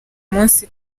munsi